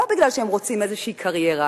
לא כי הם רוצים איזו קריירה,